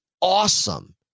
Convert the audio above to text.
awesome